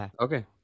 Okay